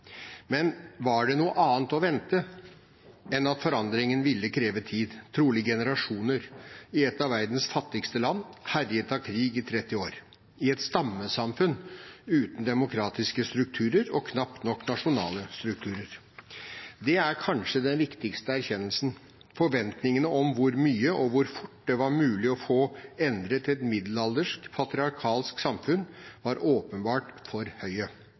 Men var det noe annet å vente enn at forandringen ville kreve tid – trolig generasjoner – i et av verdens fattigste land, herjet av krig i 30 år, i et stammesamfunn uten demokratiske strukturer og knapt nok nasjonale strukturer? Det er kanskje den viktigste erkjennelsen. Forventningene om hvor mye og hvor fort det var mulig å få endret et middelaldersk, patriarkalsk samfunn, var åpenbart for høye.